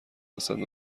هستند